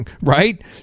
right